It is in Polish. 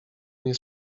nie